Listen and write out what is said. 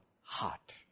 heart